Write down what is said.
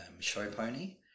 Showpony